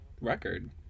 record